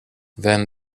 then